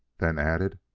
then added